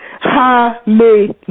Hallelujah